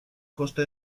coste